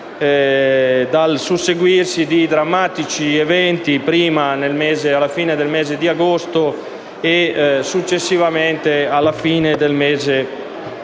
dal susseguirsi di drammatici eventi, prima alla fine del mese di agosto e successivamente alla fine del mese